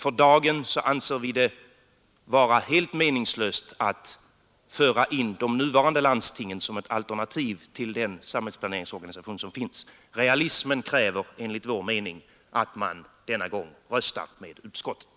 För dagen anser vi det vara helt meningslöst att föra in de nuvarande landstingen som ett alternativ till den samhällsplaneringsorganisation som finns. Realismen kräver enligt vår mening att man denna gång röstar med utskottet.